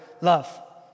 love